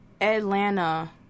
Atlanta